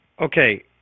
Okay